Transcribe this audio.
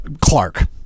Clark